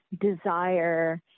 desire